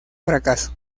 fracaso